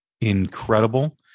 incredible